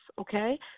okay